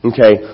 Okay